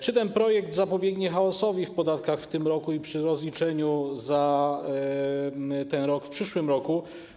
Czy ten projekt zapobiegnie chaosowi w podatkach w tym roku i podczas rozliczania tego roku w przyszłym roku?